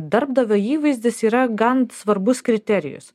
darbdavio įvaizdis yra gan svarbus kriterijus